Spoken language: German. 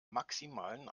maximalen